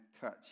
touch